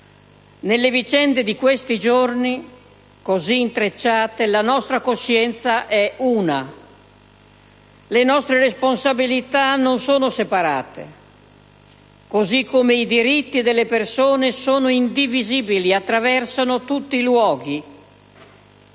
Nelle vicende di questi giorni, così intrecciate, la nostra coscienza è una, le nostre responsabilità non sono separate, così come i diritti delle persone sono indivisibili, attraversano tutti i luoghi: